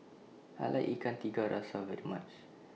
I like Ikan Tiga Rasa very much